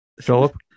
philip